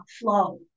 flow